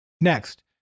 Next